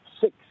six